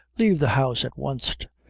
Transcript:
lave the house at wanst.